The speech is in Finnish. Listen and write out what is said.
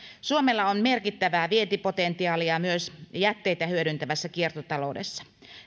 suomella on merkittävää vientipotentiaalia myös jätteitä hyödyntävässä kiertotaloudessa